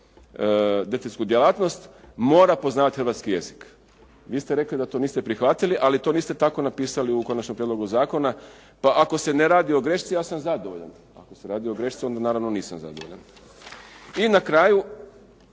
detektivsku djelatnost mora poznavati hrvatski jezik. Vi ste rekli da to niste prihvatili ali to niste tako napisali u konačnom prijedlogu zakona. Pa ako se ne radi o grešci ja sam zadovoljan. Ako se radi o grešci onda naravno nisam zadovoljan. I na kraju,